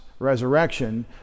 resurrection